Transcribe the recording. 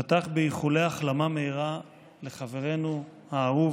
פתח באיחולי החלמה מהירה לחברנו האהוב,